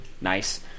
Nice